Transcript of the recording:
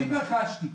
אני רכשתי.